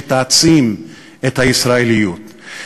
שתעצים את הישראליות,